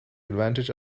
advantage